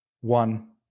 one